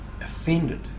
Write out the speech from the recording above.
offended